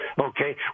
Okay